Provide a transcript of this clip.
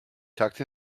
tucked